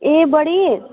A body